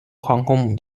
航空母舰